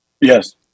Yes